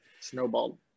Snowballed